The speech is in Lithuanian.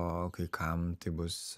o kai kam tai bus